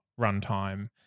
runtime